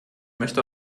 möchte